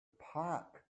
park